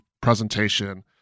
presentation